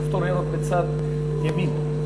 הכפתור הירוק בצד ימין.